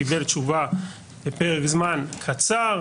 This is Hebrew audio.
קיבל תשובה בפרק זמן קצר.